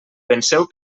penseu